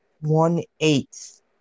One-eighth